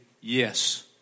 Yes